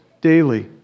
daily